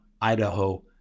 Idaho